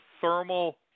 thermal